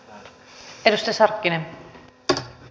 arvoisa puhemies